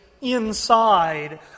inside